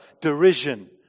derision